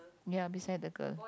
ya beside the girl